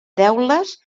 teules